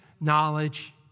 knowledge